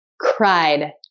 cried